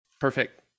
Perfect